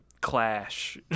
clash